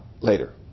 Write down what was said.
later